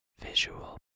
visual